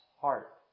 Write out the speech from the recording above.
heart